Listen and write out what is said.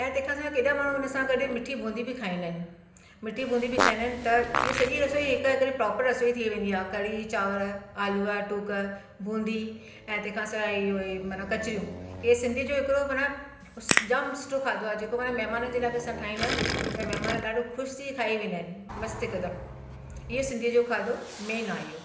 ऐं तंहिंखां सवाइ केॾा माण्हू हुन सां गॾु मिठी बूंदी बि खाईंदा आहिनि मिठी बूंदी बि खाईंदा आहिनि त इहे सॼी रसोई हिकु हिकिड़ी प्रोपर रसोई थी वेंदी आहे कढ़ी चांवर आलू या टूक बूंदी ऐं तंहिंखां सवाइ इहो ई माना कचरियूं ये सिंधी जो हिकिड़ो माना जामु सुठो खाधो आहे जेको माना महिमाननि जे लाइ बि असां ठाहींदा आहियूं त महिमान ॾाढो ख़ुशि थी खाई वेंदा आहिनि मस्तु हिकदमि इहे सिंधी जो खाधो मेन आहे इहो